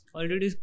Already